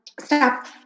stop